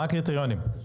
מה הקריטריונים?